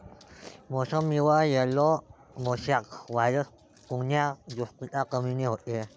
मोसंबीवर yellow mosaic virus कोन्या गोष्टीच्या कमीनं होते?